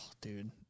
Dude